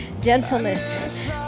gentleness